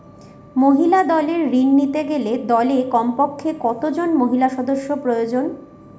মহিলা দলের ঋণ নিতে গেলে দলে কমপক্ষে কত জন মহিলা সদস্য প্রয়োজন?